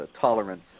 tolerance